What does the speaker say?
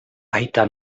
aita